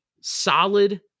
solid